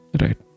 right